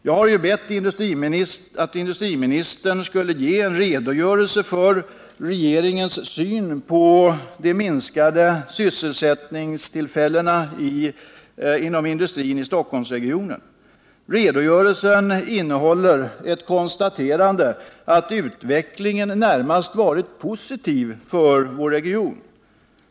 Jag har bett att industriministern skulle lämna en redogörelse för regeringens syn på de minskade sysselsättningstillfällena inom industrin i Stockholmsregionen. Redogörelsen innehåller konstaterandet att utvecklingen närmast varit positiv för vår region.